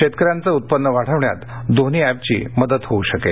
शेतकऱ्यांचं उत्पन्न वाढवण्यात दोन्ही अॅपची मदत होऊ शकेल